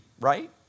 right